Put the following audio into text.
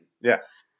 Yes